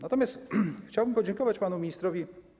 Natomiast chciałbym podziękować panu ministrowi.